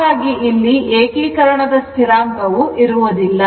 ಹಾಗಾಗಿ ಇಲ್ಲಿ ಏಕೀಕರಣದ ಸ್ಥಿರಾಂಕ ವು ಇರುವುದಿಲ್ಲ